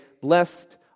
blessed